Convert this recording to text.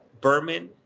Berman